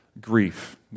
grief